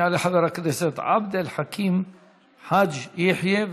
יעלה חבר הכנסת עבד אל חכים חאג' יחיא,